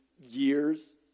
years